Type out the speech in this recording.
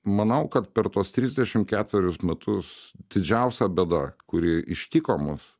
manau kad per tuos trisdešimt ketverius metus didžiausia bėda kuri ištiko mus